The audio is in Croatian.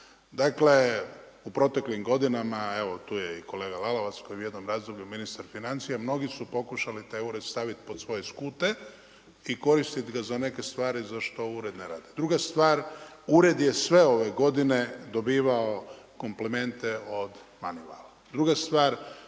Dakle, u proteklih godinama, evo tu je i kolega Lalovac, koji je bio u jednom razdoblju ministar financija, mnogi su pokušali taj ured staviti pod svoje skute i koristiti ga za neke stvari za što ured ne radi. Druga stvar, ured je sve ove godine dobivao komplimente od …/Govornik